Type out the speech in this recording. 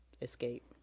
Escape